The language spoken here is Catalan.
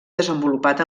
desenvolupat